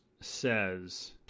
says